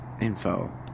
info